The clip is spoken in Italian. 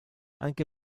anche